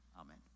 amen